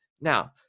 Now